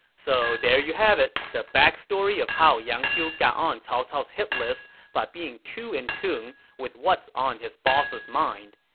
so there you have it, the backstory of how yang xiu got on cao cao's hit list by being too in tune with what's on his boss's mind.